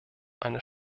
einer